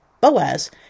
Boaz